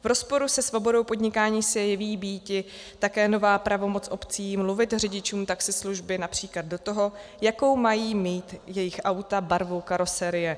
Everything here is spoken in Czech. V rozporu se svobodou podnikání se jeví býti také nová pravomoc obcí mluvit řidičům taxislužby například do toho, jakou mají mít jejich auta barvu karosérie.